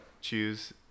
choose